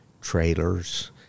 trailers